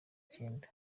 icyenda